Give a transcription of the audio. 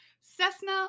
Cessna